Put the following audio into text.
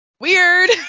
weird